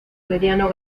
mediano